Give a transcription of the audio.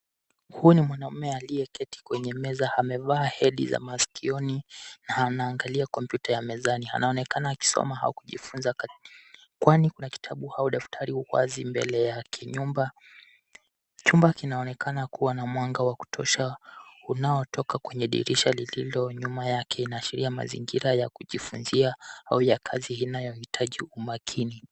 Huu ni mwanamume aliyeketi kwenye meza, amevaa hedi za masikioni, na anaangalia kompyuta ya mezani. Anaonekana akisoma au kujifunza, kwani kuna kitabu au daftari wazi mbele yake. Chumba kinaonekana kuwa na mwanga wa kutosha, unaotoka kwenye dirisha lililo nyuma yake, inaashiria mazingira ya kujifunzia, au ya kazi inayohitaji umakini.